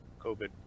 COVID